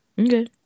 okay